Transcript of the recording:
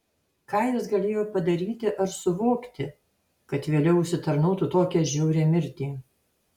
ką jis galėjo padaryti ar suvokti kad vėliau užsitarnautų tokią žiaurią mirtį